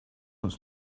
don’t